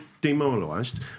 demoralised